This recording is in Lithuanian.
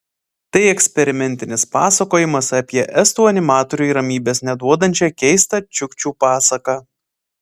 tai eksperimentinis pasakojimas apie estų animatoriui ramybės neduodančią keistą čiukčių pasaką